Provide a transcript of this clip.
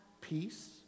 peace